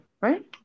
Right